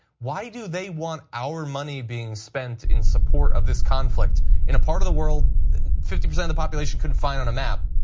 why do they want our money being spent in support of this conflict in part of the world fifty percent of the population couldn't find on a map,